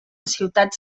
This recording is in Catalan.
ciutats